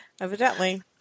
Evidently